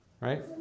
right